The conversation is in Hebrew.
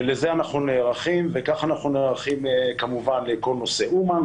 לזה אנחנו נערכים וככה אנחנו נערכים כמובן לכל נושא אומן,